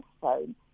phone